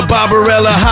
Barbarella